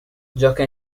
gioca